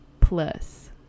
Plus